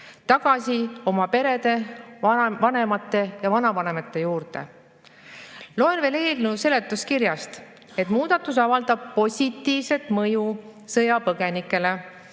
tagasi oma perede, vanemate ja vanavanemate juurde. Loen eelnõu seletuskirjast, et muudatus avaldab positiivset mõju sõjapõgenikele,